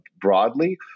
broadly